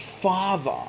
Father